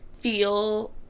feel